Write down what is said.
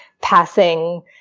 passing